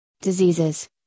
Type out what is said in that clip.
diseases